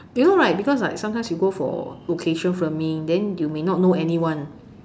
you know right because like sometimes you go for location filming then you may not know anyone